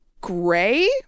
gray